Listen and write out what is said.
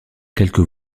quelques